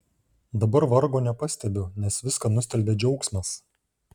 dabar vargo nepastebiu nes viską nustelbia džiaugsmas